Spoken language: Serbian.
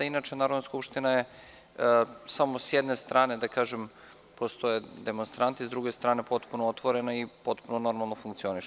Inače, Narodna skupština je samo s jedne strane, da kažem, postoje demonstranti, s druge strane je potpuno otvoreno i potpuno normalno funkcioniše.